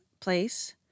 place